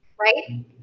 right